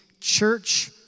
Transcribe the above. church